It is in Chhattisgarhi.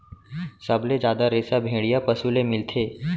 सबले जादा रेसा भेड़िया पसु ले मिलथे